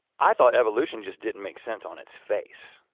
i thought evolution just didn't make sense on its face.